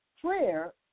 prayer